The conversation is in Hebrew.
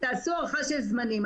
-- תעשו הערכה של זמנים.